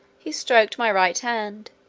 he stroked my right hand,